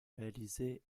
réalisée